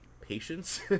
patience